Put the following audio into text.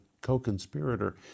co-conspirator